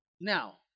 Now